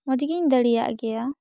ᱢᱚᱡᱽ ᱜᱮᱧ ᱫᱟᱲᱮᱭᱟᱜ ᱜᱮᱭᱟ